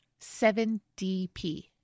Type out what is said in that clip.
7DP